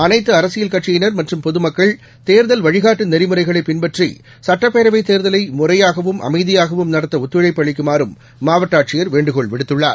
அனைத்துஅரசியல் கட்சியின் பொதமக்கள் மற்றம் தேர்தல் வழிகாட்டுநெறிமுறைகளைபின்பற்றிசட்டப்பேரவைத் தேர்தலைமுறையாகவும் அமைதியாகவும் நடத்தஒத்துழைப்பு அளிக்குமாறும் மாவட்டஆட்சியர் வேண்டுகோள் விடுத்துள்ளார்